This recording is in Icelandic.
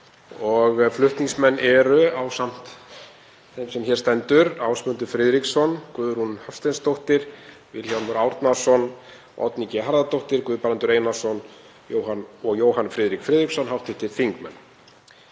Flutningsmenn eru ásamt þeim sem hér stendur Ásmundur Friðriksson, Guðrún Hafsteinsdóttir, Vilhjálmur Árnason, Oddný G. Harðardóttir, Guðbrandur Einarsson og Jóhann Friðrik Friðriksson. Tillagan